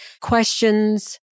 questions